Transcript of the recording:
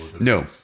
no